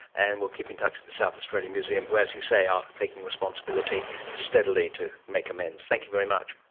and we'll keep in touch with the south australia museum who, as you say, are taking responsibility steadily to make amends. thank you very much.